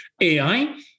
AI